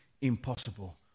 impossible